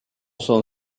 son